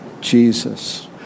Jesus